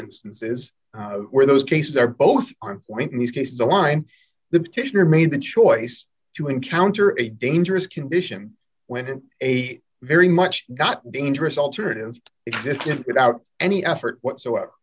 instances where those cases are both on point in this case the line the petitioner made the choice to encounter a dangerous condition when it very much got dangerous alternatives exist without any effort whatsoever